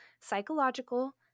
psychological